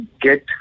get